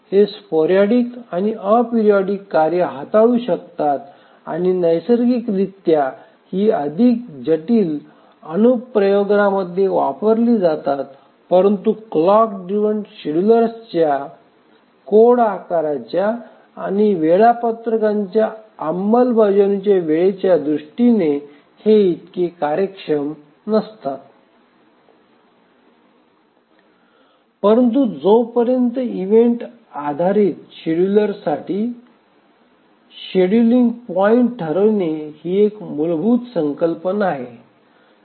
हे स्पोरॅडिक आणि अॅपरिओडिक कार्ये हाताळू शकतात आणि नैसर्गिकरित्या ही अधिक जटिल अनुप्रयोगमध्ये वापरली जातात परंतु क्लॉक ड्रिव्हन शेड्युलर्सच्या शेड्युलर्सच्या कोड आकाराच्या आणि वेळापत्रकांच्या अंमलबजावणीच्या वेळेच्या दृष्टीने हे इतके कार्यक्षम नसतात परंतु जोपर्यंत इव्हेंट आधारित शेड्यूलरसाठी वेशेड्यूलिंग पॉईंट ठरवणे ही एक मूलभूत संकल्पना आहे